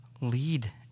lead